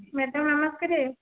madam ନମସ୍କାର